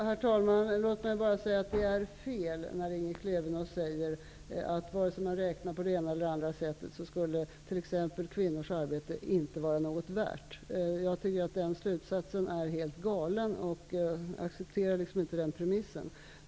Herr talman! Det är fel när Lena Klevenås säger att t.ex. kvinnors arbete inte skulle vara värt någonting, vare sig man räknar på det ena eller det andra sättet. Jag tycker att den slutsatsen är helt galen. Jag accepterar inte den premissen.